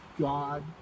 God